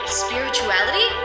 spirituality